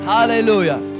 Hallelujah